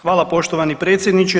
Hvala poštovani predsjedniče.